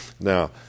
Now